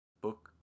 book